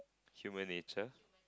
human nature